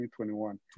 2021